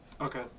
Okay